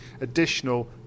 additional